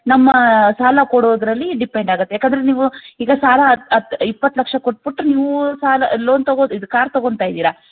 ನಮ್ಮ ಸಾಲ ಕೊಡೋದ್ರಲ್ಲಿ ಡಿಪೆಂಡ್ ಆಗುತ್ತೆ ಯಾಕಂದರೆ ನೀವು ಈಗ ಸಾಲ ಹತ್ತು ಇಪ್ಪತ್ತು ಲಕ್ಷ ಕೊಟ್ಬಿಟ್ಟು ನೀವು ಸಾಲ ಲೋನ್ ತೊಗೊ ಇದು ಕಾರ್ ತಗೊತಾಯಿದ್ದೀರ